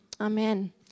amen